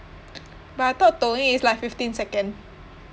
but I thought Douyin is like fifteen second